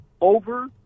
over